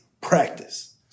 practice